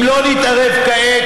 אם לא נתערב כעת,